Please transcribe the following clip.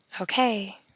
Okay